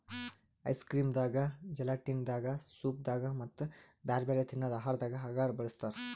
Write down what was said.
ice cream ದಾಗಾ gelatin ದಾಗಾ soup ದಾಗಾ ಮತ್ತ್ ಬ್ಯಾರೆ ಬ್ಯಾರೆ ತಿನ್ನದ್ ಆಹಾರದಾಗ ಅಗರ್ ಬಳಸ್ತಾರಾ